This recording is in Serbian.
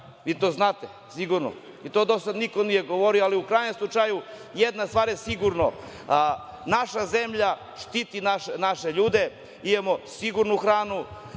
Vi to znate sigurno. I o tome do sada niko nije govorio. Ali u krajnjem slučaju jedna stvar je sigurna, naša zemlja štiti naše ljude, imamo sigurnu hranu,